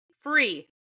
free